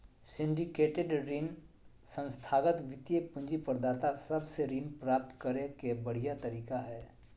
syndicated ऋण संस्थागत वित्तीय पूंजी प्रदाता सब से ऋण प्राप्त करे के बढ़िया तरीका हय